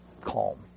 calm